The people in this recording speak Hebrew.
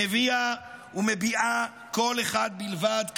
מביאה ומביעה קול אחד בלבד,